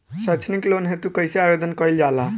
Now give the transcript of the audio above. सैक्षणिक लोन हेतु कइसे आवेदन कइल जाला?